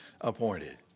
appointed